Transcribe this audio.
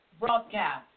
broadcast